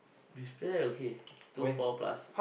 is there okay two four plus